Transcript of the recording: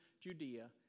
Judea